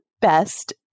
best